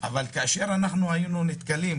אבל נתקלנו